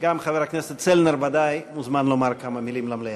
גם חבר הכנסת צלנר ודאי מוזמן לומר כמה מילים למליאה.